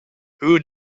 who